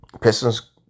Pistons